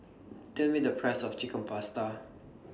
Tell Me The Price of Chicken Pasta